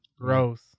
Gross